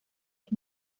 los